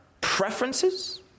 preferences